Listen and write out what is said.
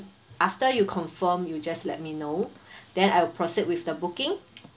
after you confirm you just let me know then I will proceed with the booking